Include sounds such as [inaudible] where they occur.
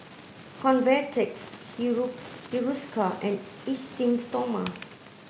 Convatec [unintelligible] Hiruscar and Esteem Stoma